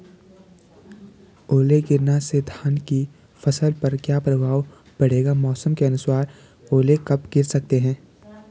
ओले गिरना से धान की फसल पर क्या प्रभाव पड़ेगा मौसम के अनुसार ओले कब गिर सकते हैं?